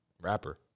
Rapper